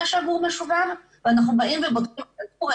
שהגור משובב ואנחנו באים ובודקים את הגור,